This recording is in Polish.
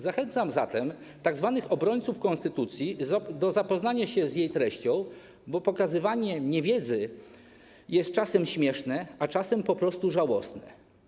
Zachęcam zatem tzw. obrońców konstytucji do zapoznania się z jej treścią, bo pokazywanie niewiedzy jest czasem śmieszne, a czasem po prostu żałosne.